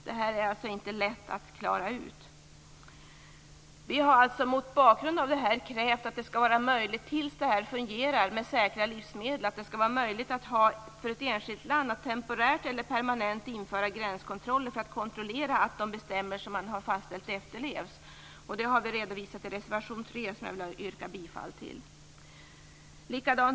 Det är inte lätt att klara ut detta. Mot bakgrund av detta har vi krävt att det tills man har säkra livsmedel skall vara möjligt för ett enskilt land att temporärt eller permanent införa gränskontroller för att kontrollera att de bestämmelser som man har fastställt efterlevs. Detta har vi redovisat i reservation 3 som jag yrkar bifall till.